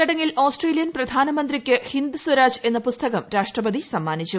ചടങ്ങിൽ ഓസ്ട്രേലിയൻ പ്രധാനമന്ത്രിക്ക് ഹിന്ദ്സ്വരാജ് എന്ന പുസ്തകം രാഷ്ട്രപതി സമ്മാനിച്ചു